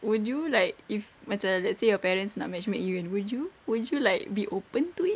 would you like if macam let's say your parents nak matchmake you would you would you like be open to it